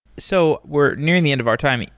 so we're nearing the end of our time.